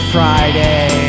Friday